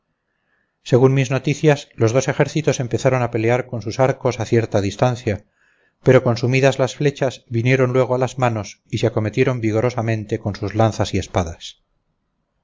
según mis noticias los dos ejércitos empezaron a pelear con sus arcos a cierta distancia pero consumidas las flechas vinieron luego a las manos y se acometieron vigorosamente con sus lanzas y espadas